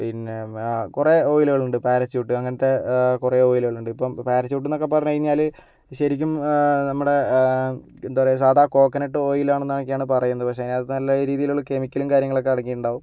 പിന്നെ ആ കുറേ ഓയിലുകളുണ്ട് പേരച്യൂട്ട് അങ്ങനത്തെ കുറേ ഓയിലുകളുണ്ട് ഇപ്പം പേരച്യൂട്ടുകളെന്നൊക്കെ പറഞ്ഞുകഴിഞ്ഞാൽ ശരിക്കും നമ്മുടെ എന്താപറയുക സാദാ കോക്കനട്ട് ഓയിലാണെന്നാണെന്നൊക്കെയാണ് പറയുന്നത് പക്ഷേ അതിനകത്ത് നല്ല രീതിയിലുള്ള കെമിക്കലും കാര്യങ്ങളൊക്കെ അടങ്ങിയിട്ടുണ്ടാകും